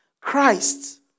Christ